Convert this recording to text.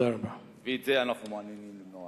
ואת זה אנו מעוניינים למנוע.